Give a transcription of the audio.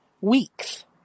weeks